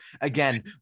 again